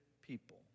people